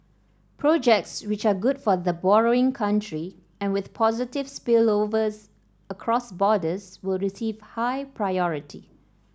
projects which are good for the borrowing country and with positive spillovers across borders will receive high priority